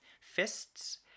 fists